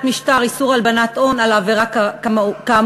משטר איסור הלבנת הון על עבירה כאמור.